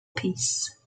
peace